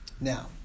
Now